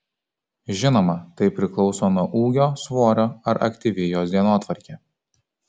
žinoma tai priklauso nuo ūgio svorio ar aktyvi jos dienotvarkė